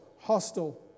hostile